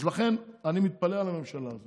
אז לכן אני מתפלא על